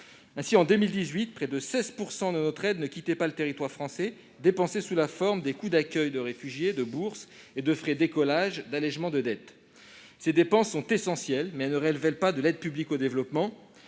Ainsi, en 2018, près de 16 % de notre aide ne quittait pas le territoire français. Elle était dépensée sous la forme de frais d'accueil de réfugiés, de bourses et de frais d'écolage ou d'allégement de dette. Ces dépenses sont essentielles, mais elles ne relèvent pas de l'aide publique au développement.